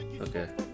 Okay